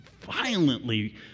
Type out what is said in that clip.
violently